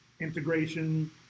integration